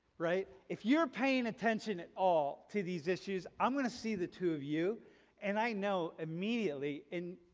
right? if you're paying attention at all to these issues, i'm gonna see the two of you and i know immediately in,